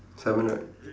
seven right